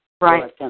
Right